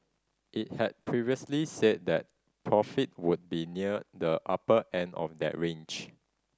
it had previously said that profit would be near the upper end of that range